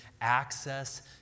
access